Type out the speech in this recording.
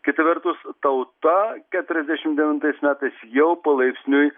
kita vertus tauta keturiasdešimt devintais metais jau palaipsniui